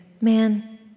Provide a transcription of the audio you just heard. man